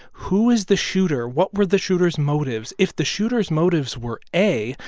who is the shooter? what were the shooter's motives? if the shooter's motives were a,